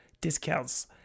discounts